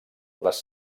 les